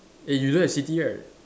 eh you don't have city right